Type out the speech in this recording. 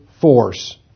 force